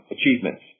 achievements